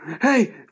hey